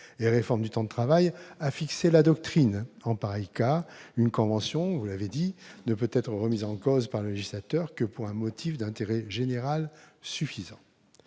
et réforme du temps de travail, a fixé la doctrine en pareil cas : une convention ne peut être remise en cause par le législateur que pour un motif d'intérêt général suffisant.